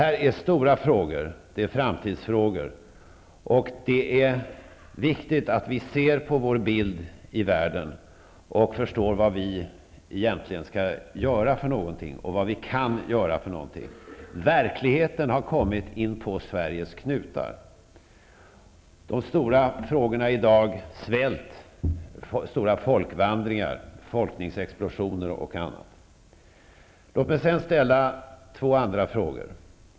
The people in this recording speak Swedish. Det gäller stora frågor, framtidsfrågor. Det är viktigt att vi ser till den bild man har av oss ute i världen och att vi förstår vad det egentligen är som vi skall göra och vad vi kan göra. Verkligheten har kommit inpå knutarna för Sveriges del. De stora frågorna i dag gäller svält, stora folkvandringar, befolkningsexplosioner osv. Låt mig sedan ställa ytterligare två frågor.